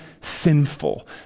sinful